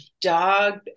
dog